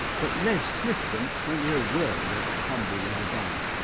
but les smithson won't hear a word against the humble rubber band.